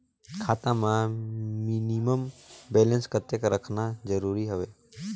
खाता मां minimum balance कतेक रखना जरूरी हवय?